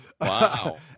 Wow